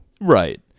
Right